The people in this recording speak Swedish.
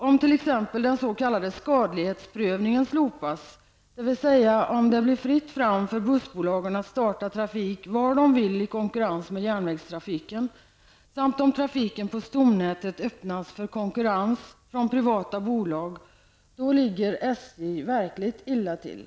Om exempelvis den s.k. skadlighetsprövningen slopas, dvs. om det blir fritt fram för bussbolagen att starta trafik var de vill i konkurrens med järnvägstrafiken samt om trafiken på stomnätet öppnas för konkurrens från privata bolag, ligger SJ verkligt illa till.